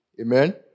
Amen